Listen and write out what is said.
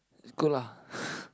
it's good lah